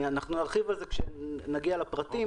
נרחיב על זה כשנגיע לפרטים,